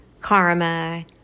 karma